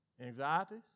Anxieties